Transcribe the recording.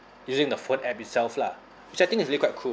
using the phone app itself lah which I think is really quite cool